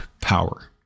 power